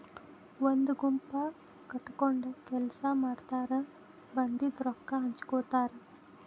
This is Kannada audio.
ಒಂದ ಗುಂಪ ಕಟಗೊಂಡ ಕೆಲಸಾ ಮಾಡತಾರ ಬಂದಿದ ರೊಕ್ಕಾ ಹಂಚಗೊತಾರ